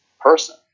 person